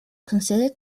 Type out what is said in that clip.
considered